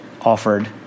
offered